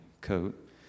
coat